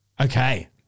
Okay